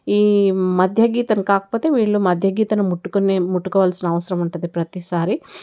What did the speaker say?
ఈ మధ్య గీతను కాకపోతే వీళ్ళు మధ్య గీతను ముట్టుకునే ముట్టుకోవాల్సిన అవసరం ఉంటుంది ప్రతిసారి